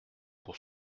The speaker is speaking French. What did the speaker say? pour